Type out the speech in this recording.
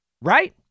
Right